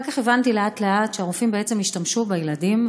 אחר כך הבנתי לאט-לאט שהרופאים בעצם השתמשו בילדים,